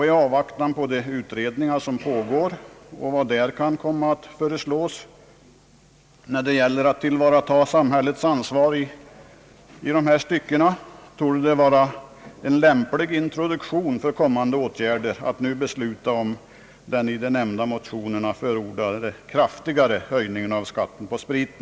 I avvaktan på de utredningar som pågår och vad de kan komma att föreslå när det gäller att tillvarata samhällets ansvar i dessa stycken torde det vara en lämplig introduktion för kommande åtgärder att nu besluta om den i de nämnda motionerna förordade kraftigare höjningen av skatten på sprit.